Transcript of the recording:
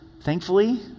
thankfully